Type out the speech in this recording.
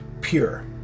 pure